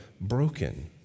broken